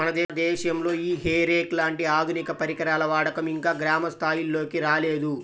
మన దేశంలో ఈ హే రేక్ లాంటి ఆధునిక పరికరాల వాడకం ఇంకా గ్రామ స్థాయిల్లోకి రాలేదు